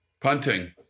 Punting